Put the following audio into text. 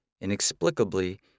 Inexplicably